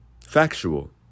factual